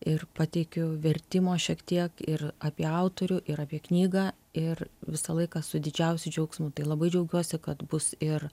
ir pateikiu vertimo šiek tiek ir apie autorių ir apie knygą ir visą laiką su didžiausiu džiaugsmu tai labai džiaugiuosi kad bus ir